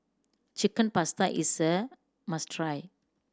Chicken Pasta is must try